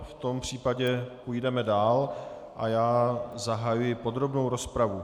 V tom případě půjdeme dál a já zahajuji podrobnou rozpravu.